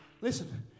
Listen